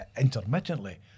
intermittently